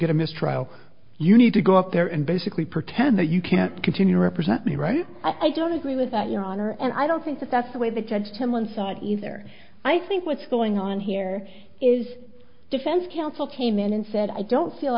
mistrial you need to go up there and basically pretend that you can't continue to represent me right i don't agree with that your honor and i don't think that's the way the judge him one side either i think what's going on here is defense counsel came in and said i don't feel